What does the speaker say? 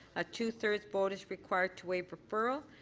a two-thirds vote is required to waive referral.